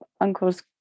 uncle's